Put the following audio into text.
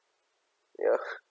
ya